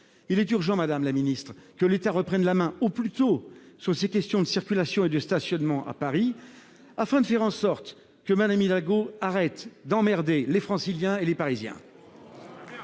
Il est urgent, madame la ministre, que l'État reprenne la main au plus tôt sur ces questions de circulation et de stationnement à Paris, afin de faire en sorte que Mme Hidalgo arrête d'« emmerder » les Franciliens et les Parisiens.